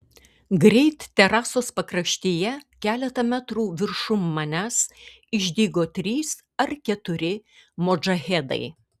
greit terasos pakraštyje keletą metrų viršum manęs išdygo trys ar keturi modžahedai